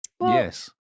Yes